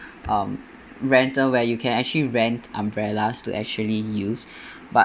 um rental where you can actually rent umbrellas to actually use but